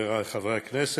חברי חברי הכנסת.